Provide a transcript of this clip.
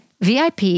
VIP